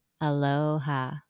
Aloha